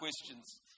questions